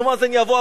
אבו מאזן יבוא,